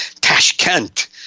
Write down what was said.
Tashkent